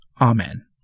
Amen